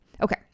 Okay